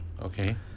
Okay